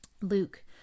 Luke